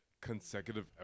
consecutive